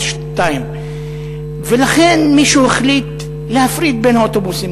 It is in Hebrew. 2. לכן מישהו החליט להפריד את האוטובוסים,